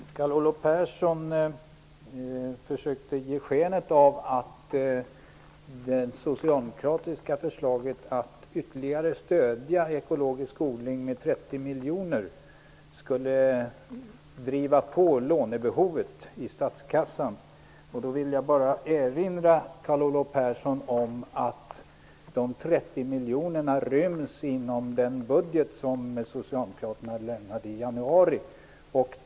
Herr talman! Carl Olov Persson försökte ge skenet av att det socialdemokratiska förslaget, att yttterligare stödja ekologisk odling med 30 miljoner, skulle driva på lånebehovet i statskassan. Då vill jag bara erinra honom om att de 30 miljonerna ryms inom den budget som socialdemokraterna presenterade i januari.